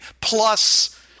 plus